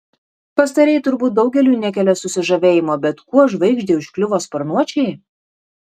pastarieji turbūt daugeliui nekelia susižavėjimo bet kuo žvaigždei užkliuvo sparnuočiai